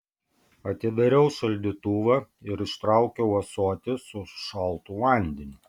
atidariau šaldytuvą ir ištraukiau ąsotį su šaltu vandeniu